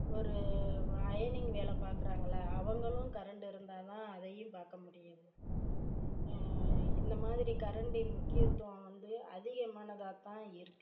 ஒரு அயனிங் வேலை பார்க்குறாங்களா அவங்களும் கரண்ட் இருந்தால்தான் அதையும் பார்க்க முடியுது இந்த மாதிரி கரண்டின் முக்கியத்துவம் வந்து அதிகமானதாகதான் இருக்குது